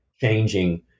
changing